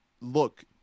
look